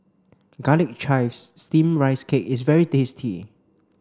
garlic chives steamed rice cake is very tasty